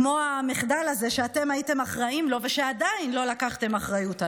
כמו המחדל הזה שאתם הייתם אחראים לו ושעדיין לא לקחתם אחריות עליו: